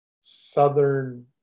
Southern